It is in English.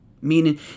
meaning